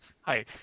Hi